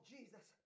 Jesus